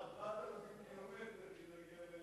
גם אתה איש ארץ-ישראל השלמה.